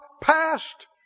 passed